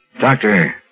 Doctor